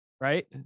right